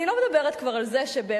אני לא מדברת כבר על זה שבאמת,